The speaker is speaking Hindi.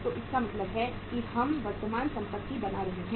तो इसका मतलब है कि हम वर्तमान संपत्ति बना रहे हैं